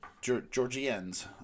Georgians